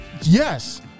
yes